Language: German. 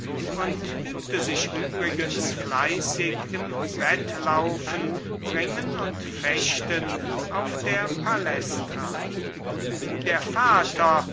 und übte sich übrigens fleißig im wettlaufen ringen und fechten auf der palästra der vater